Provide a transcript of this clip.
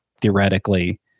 theoretically